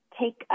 take